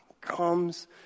comes